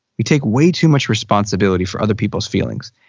you take way too much responsibility for other people's feelings.